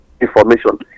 information